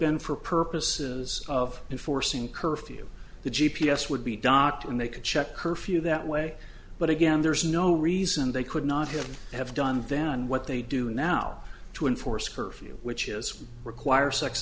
been for purposes of enforcing curfew the the p s would be docked and they could check curfew that way but again there's no reason they could not have done then what they do now to enforce curfew which is would require sex